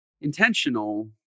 intentional